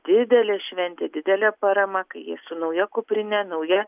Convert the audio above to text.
didelė šventė didelė parama kai jie su nauja kuprine nauja